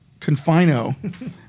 Confino